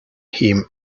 him